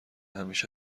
همیشه